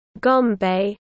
Gombe